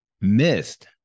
Missed